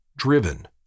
driven